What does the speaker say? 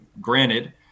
Granted